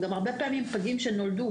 וגם הרבה פעמים פגים שנולדו,